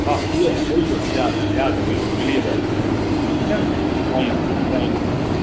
हा इहा बिल्कुलु ॾियांव थो ॾियांव थो बिल्कुलु मिली वेंदव ठीकु आहे न सांई राम सांई राम सांई राम